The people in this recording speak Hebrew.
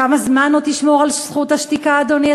כמה זמן עוד תשמור על זכות השתיקה, אדוני?